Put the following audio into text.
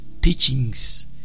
teachings